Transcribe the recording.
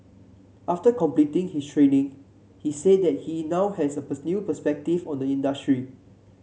after completing his training he said that he now has a new perspective on the industry